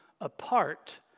apart